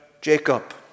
Jacob